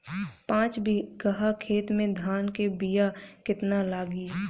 पाँच बिगहा खेत में धान के बिया केतना लागी?